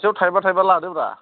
सासेयाव थाइबा थाइबा लादोब्रा